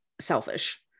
selfish